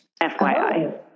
FYI